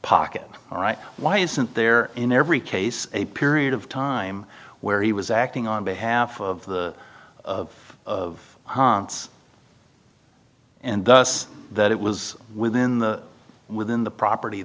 pocket all right why isn't there in every case a period of time where he was acting on behalf of the of hans and thus that it was within the within the property